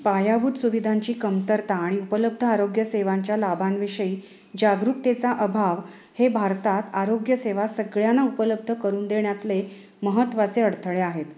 पायाभूत सुविधांची कमतरता आणि उपलब्ध आरोग्यसेवांच्या लाभांविषयी जागरूकतेचा अभाव हे भारतात आरोग्यसेवा सगळ्यांना उपलब्ध करून देण्यातले महत्त्वाचे अडथळे आहेत